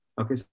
Okay